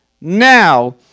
now